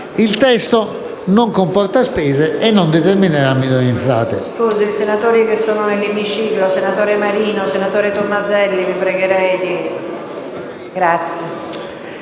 Il testo non comporta spese e non determinerà minori entrate.